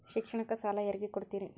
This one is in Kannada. ಶಿಕ್ಷಣಕ್ಕ ಸಾಲ ಯಾರಿಗೆ ಕೊಡ್ತೇರಿ?